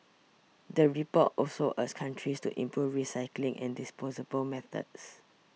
the report also countries to improve recycling and disposable methods